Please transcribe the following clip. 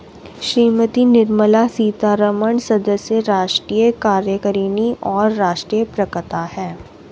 श्रीमती निर्मला सीतारमण सदस्य, राष्ट्रीय कार्यकारिणी और राष्ट्रीय प्रवक्ता हैं